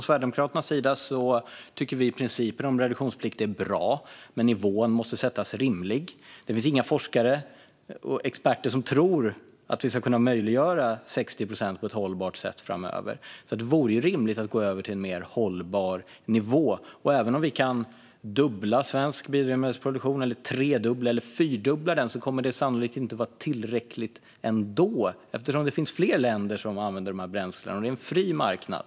Sverigedemokraterna tycker att principen om reduktionsplikt är bra, men nivån måste vara rimlig. Det finns inga forskare eller experter som tror att det är möjligt att reducera med 60 procent på ett hållbart sätt framöver. Det vore rimligt att gå över till en mer hållbar nivå. Även om vi kan dubbla svensk biodrivmedelsproduktion, tredubbla eller fyrdubbla, kommer det sannolikt ändå inte att vara tillräckligt eftersom det finns fler länder som använder dessa bränslen. Det är ju en fri marknad.